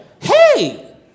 Hey